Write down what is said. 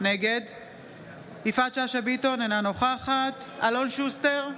נגד יפעת שאשא ביטון, אינה נוכחת אלון שוסטר,